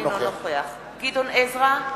אינו נוכח גדעון עזרא,